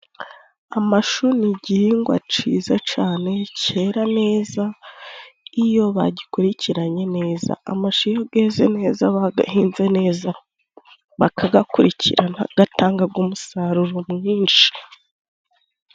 Amashu ni igihingwa ciza cane cera neza iyo bagikurikiranye neza ,amashu iyo geze neza bagahinze neza bakagakurikirana gatangaga umusaruro mwinshi.